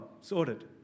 sorted